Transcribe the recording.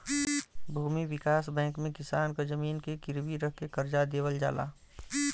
भूमि विकास बैंक में किसान क जमीन के गिरवी रख के करजा देवल जाला